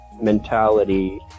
mentality